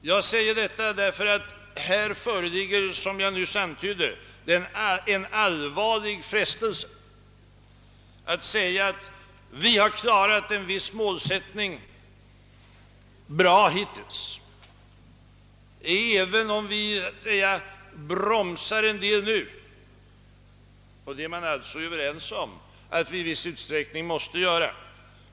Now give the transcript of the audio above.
Jag säger detta därför att här föreligger för oss — som jag nyss antydde — en allvarlig frestelse att föra resonemang av ungefär följande typ. Vi har klarat en viss målsättning bra hittills, även om vi bromsar något nu och är överens om att vi måste bromsa något.